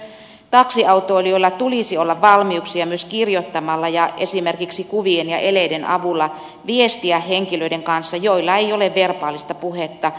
taksiautoilijoilla tulisi olla valmiuksia myös kirjoittamalla ja esimerkiksi kuvien ja eleiden avulla viestiä henkilöiden kanssa joilla ei ole verbaalista puhetta